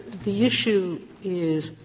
the issue is,